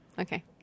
Okay